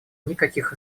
никаких